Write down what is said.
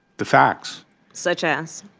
the facts such as?